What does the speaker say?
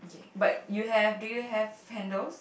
but you have do you have handles